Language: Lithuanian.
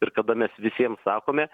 ir kada mes visiem sakome